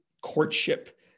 courtship